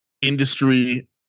industry